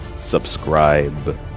Subscribe